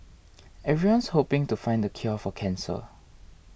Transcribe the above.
everyone's hoping to find the cure for cancer